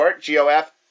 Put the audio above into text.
G-O-F